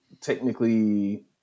technically